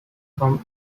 from